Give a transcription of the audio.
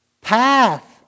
Path